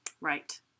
Right